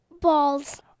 Balls